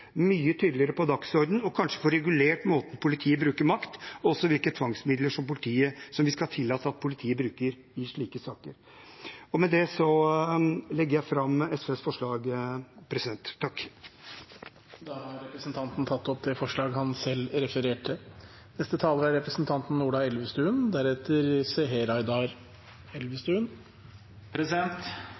mye tydeligere på dagsordenen – og kanskje få regulert måten politiet bruker makt på, og hvilke tvangsmidler vi skal tillate at politiet bruker i slike saker. Med det legger jeg fram forslagene som SV alene står bak. Da har representanten Petter Eide tatt opp forslagene han